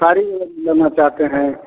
साड़ी लेना चाहते हैं